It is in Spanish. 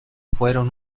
fueron